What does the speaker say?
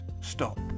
stop